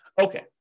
Okay